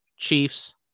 Chiefs